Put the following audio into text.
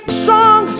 strong